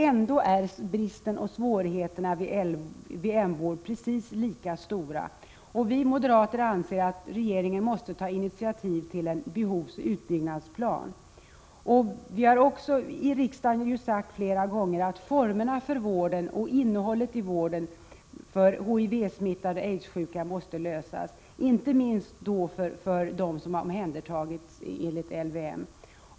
Ändå är bristen och sg RN FER lå sjukdomen aids svårigheterna vid LVM-vård fortfarande precis lika stora. Vi moderater anser att regeringen måste ta initiativ till en behovsoch utbyggnadsplan. Riksdagen har också flera gånger uttalat att frågan om formerna för vården och innehållet i vården av HIV-smittade och aidssjuka måste lösas. Inte minst gäller det dem som omhändertagits enligt LVM.